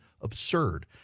absurd